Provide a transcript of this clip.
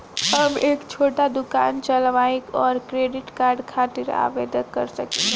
हम एक छोटा दुकान चलवइले और क्रेडिट कार्ड खातिर आवेदन कर सकिले?